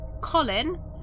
colin